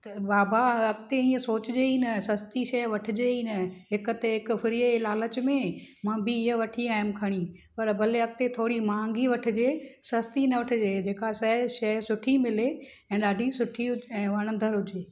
बाबा अॻिते इएं सोचिजे ई न सस्ती शइ वठजे ई न हिक ते हिकु फ्री ई लालच में मां बि इहा वठी आयमि खणी पर भले अॻिते थोरी महांगी वठजे सस्ती न वठजे जेका शइ शइ सुठी मिले ऐं ॾाढी सुठी ऐं वणंदड़ हुजे